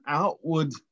outward